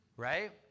Right